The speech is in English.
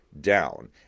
down